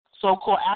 so-called